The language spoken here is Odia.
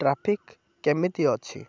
ଟ୍ରାଫିକ୍ କେମିତି ଅଛି